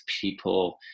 people